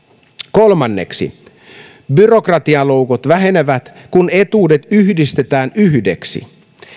kolmanneksi byrokratialoukut vähenevät kun etuudet yhdistetään yhdeksi